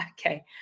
Okay